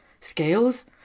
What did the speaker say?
Scales